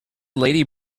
lady